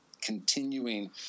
continuing